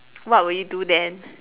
what will you do then